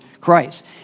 Christ